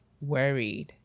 worried